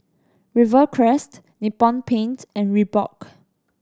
Rivercrest Nippon Paint and Reebok